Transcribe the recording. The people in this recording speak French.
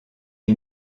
est